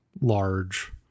large